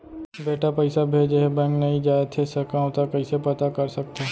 बेटा पइसा भेजे हे, बैंक नई जाथे सकंव त कइसे पता कर सकथव?